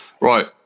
Right